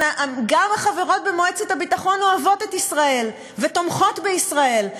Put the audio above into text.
גם החברות במועצת הביטחון אוהבות את ישראל ותומכות בישראל,